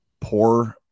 poor